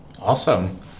Awesome